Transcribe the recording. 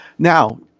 Now